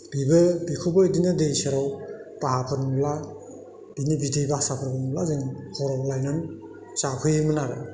बिबो बेखौबो बिदिनो दै सेराव बाहाफोर मोनब्ला बिनि बिदै बासाफोर नुब्ला जों हरावनो लायनानै जाफैयोमोन आरो